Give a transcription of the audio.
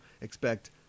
expect